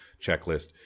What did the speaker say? checklist